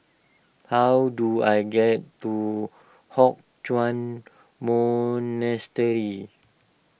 how do I get to Hock Chuan Monastery